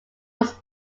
was